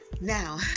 Now